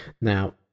Now